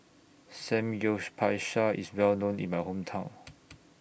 IS Well known in My Hometown